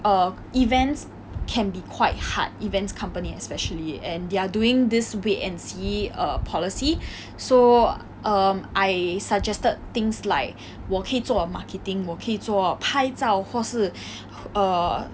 err events can be quite hard events company especially and they're doing this wait and see err policy so um I suggested things like while 我可以做 marketing 我可以做拍照或是 err